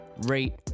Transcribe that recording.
rate